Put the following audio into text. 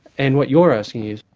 and what you're asking is,